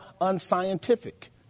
unscientific